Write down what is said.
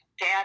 dad